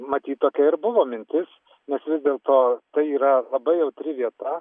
matyt tokia ir buvo mintis nes vis dėlto tai yra labai jautri vieta